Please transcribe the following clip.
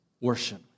worship